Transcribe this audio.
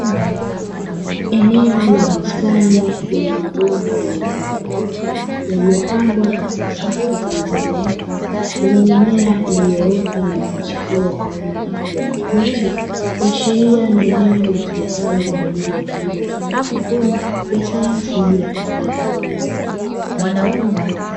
Eneo la bustani lenye mabomba yenye rangi nyeupe, yaliyopangwa kwenye safu zilizonyooka, zenye mimea iliyoota na kuchipua kwa rangi ya kijani kibichi, kuashiria ni eneo litumikalo kwa ajili kilimo cha haidroponi, ya sayansi bila kutumia udongo.